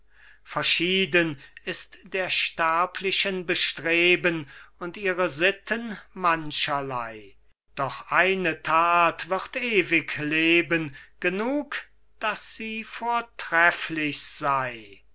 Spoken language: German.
verschieden ist der sterblichen bestreben und ihre sitten mancherlei doch eine that wird ewig leben genug daß sie vortrefflich sei